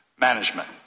management